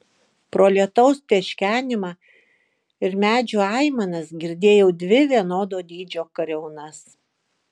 pro lietaus teškenimą ir medžių aimanas girdėjau dvi vienodo dydžio kariaunas